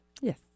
Yes